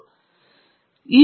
ಹಾಗಾಗಿ ನಾನು ನಿಮಗೆ ತೋರಿಸುವೆನು